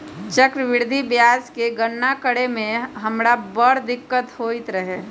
चक्रवृद्धि ब्याज के गणना करे में हमरा बड़ दिक्कत होइत रहै